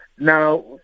now